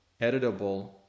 editable